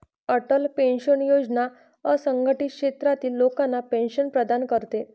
Atal pension योजना असंघटित क्षेत्रातील लोकांना पेन्शन प्रदान करते